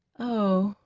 oh,